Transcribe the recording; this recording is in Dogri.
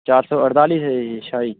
चार सौ अड़ताली अच्छा जी